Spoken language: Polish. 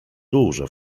dużo